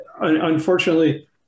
Unfortunately